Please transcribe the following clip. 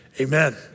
amen